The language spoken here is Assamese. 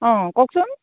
অঁ কওকচোন